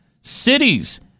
cities